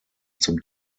zum